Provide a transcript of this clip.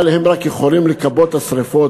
אבל הם יכולים רק לכבות את השרפות,